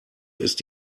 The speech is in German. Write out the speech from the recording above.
ist